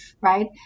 right